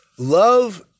Love